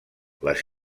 les